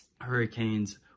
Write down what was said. Hurricanes